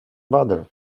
brother